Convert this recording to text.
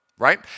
right